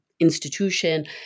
Institution